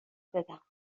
بدم